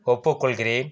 ஒப்புக்கொள்கிறேன்